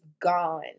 gone